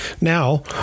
Now